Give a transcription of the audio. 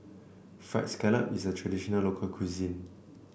fried scallop is a traditional local cuisine